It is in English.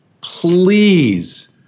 please